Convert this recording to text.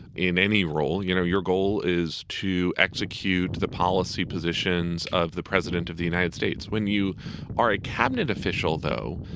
in any role, you know, your goal is to execute the policy positions of the president of the united states. when you are a cabinet official, though,